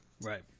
Right